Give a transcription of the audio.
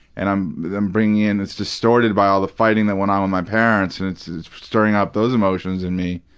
and i'm i'm bringing in it's distorted by all the fighting that went on with my parents and it's it's stirring up those emotions in me,